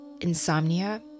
insomnia